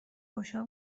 گشا